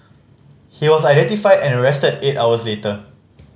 he was identified and arrested eight hours later